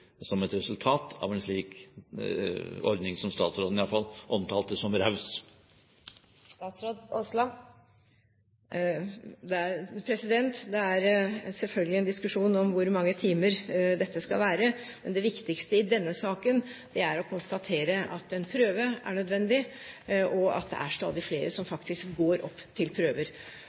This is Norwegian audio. som et resultat av en slik ordning som statsråden iallfall omtalte som «raus». Det er selvfølgelig en diskusjon om hvor mange timer dette skal være. Men det viktigste i denne saken er å konstatere at en prøve er nødvendig, og at det er stadig flere som faktisk går opp til prøver.